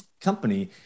company